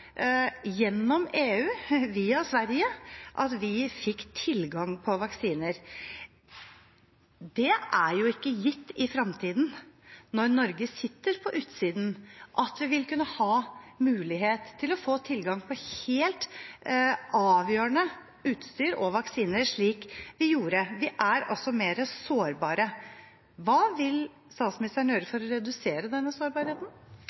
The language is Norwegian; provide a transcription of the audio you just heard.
gjennom EU, via Sverige, at vi fikk tilgang på vaksiner. Det er ikke gitt at vi i fremtiden, når Norge sitter på utsiden, vil kunne ha mulighet til å få tilgang på helt avgjørende utstyr og vaksiner, slik vi hadde. Vi er altså mer sårbare. Hva vil statsministeren gjøre for å redusere denne sårbarheten?